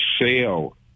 sale